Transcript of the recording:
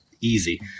easy